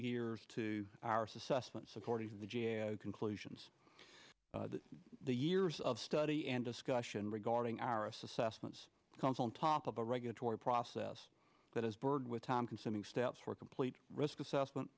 years to our assessments according to the g a o conclusions the years of study and discussion regarding our assessments comes on top of a regulatory process that is bored with time consuming steps for complete risk assessment